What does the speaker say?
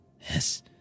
Yes